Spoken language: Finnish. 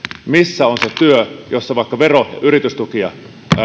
missä on se työ jossa vaikka vero ja yritystukia